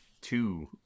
Two